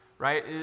right